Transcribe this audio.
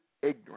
ignorant